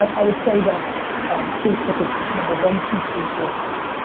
i would say that facebook is number one, two, three, four, and five.